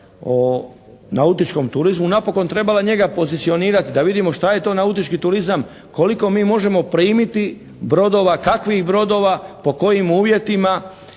o nautičkom turizmu napokon trebala njega pozicionirati da vidimo šta je to nautički turizam, koliko mi možemo primiti brodova, kakvih brodova, po kojim uvjetima